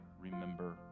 remember